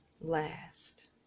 last